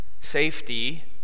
Safety